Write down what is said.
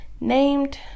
named